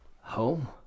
home